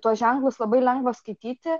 tuos ženklus labai lengva skaityti